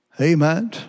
Amen